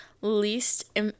least